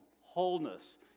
wholeness